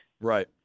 Right